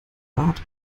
rad